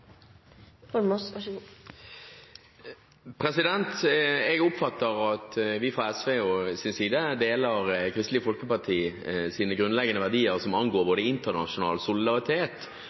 Jeg oppfatter at vi fra SVs side deler Kristelig Folkepartis grunnleggende verdier som angår både internasjonal solidaritet,